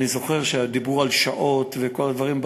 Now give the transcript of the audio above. אני זוכר שדיברו על שעות וכאלה דברים.